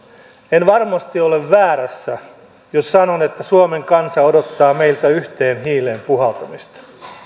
en varmasti ole väärässä jos sanon että suomen kansa odottaa meiltä yhteen hiileen puhaltamista